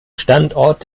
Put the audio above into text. standort